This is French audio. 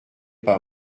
pas